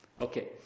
okay